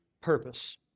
purpose